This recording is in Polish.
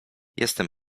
jestem